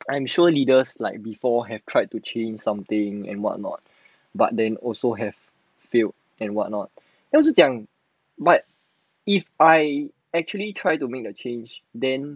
I am sure leaders like before have tried to change something and what not but they also have failed and what not then 我就讲 but if I actually tried to make a change then